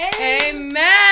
Amen